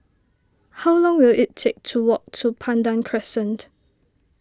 how long will it take to walk to Pandan Crescent